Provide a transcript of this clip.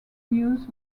news